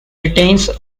retains